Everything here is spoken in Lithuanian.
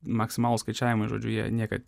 maksimalūs skaičiavimai žodžiu jie niekad